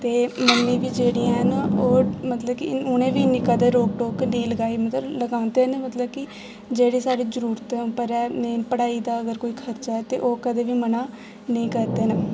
ते मम्मी बी जेह्ड़े हैन ओह् मतलब कि उ'नें बी मतलब कदें इन्नी रोक टोक निं लगाई मतलब लगांदे न मतलब कि जेह्ड़े जेह्ड़ी साढ़ी जरूरते उप्पर पढ़ाई दा कोई खर्चा ऐ ओह् कदें बी मना नेईं करदे न